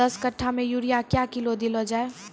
दस कट्ठा मे यूरिया क्या किलो देलो जाय?